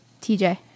TJ